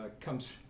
comes